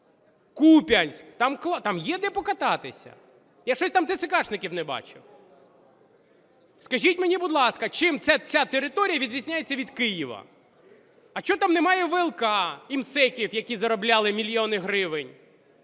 Куп'янськ? Там є де покататися, я щось там тецекашників не бачив. Скажіть мені, будь ласка, чим ця територія відрізняється від Києва? А чого там немає ВЛК і МСЕКів, які заробляли мільйони гривень,